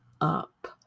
up